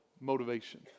motivation